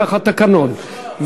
כך התקנון.